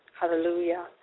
hallelujah